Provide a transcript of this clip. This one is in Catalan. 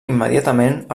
immediatament